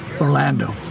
Orlando